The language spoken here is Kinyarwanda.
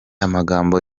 amagambo